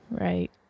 Right